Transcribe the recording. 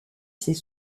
ses